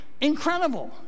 incredible